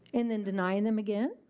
and then denying them again,